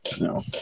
no